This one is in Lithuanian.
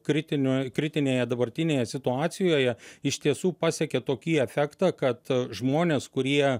kritinio kritinėje dabartinėje situacijoje iš tiesų pasiekė tokį efektą kad žmonės kurie